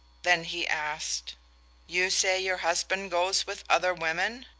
then he asked you say your husband goes with other women?